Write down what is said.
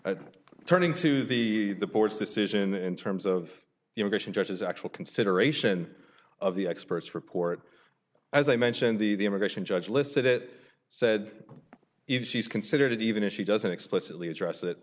turning to the the board's decision in terms of the immigration judges actual consideration of the expert's report as i mentioned the the immigration judge listed it said if she's considered it even if she doesn't explicitly address it